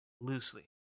loosely